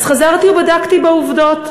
אז חזרתי ובדקתי בעובדות,